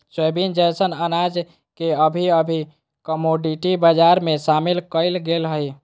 soybean जैसन अनाज के अभी अभी कमोडिटी बजार में शामिल कइल गेल हइ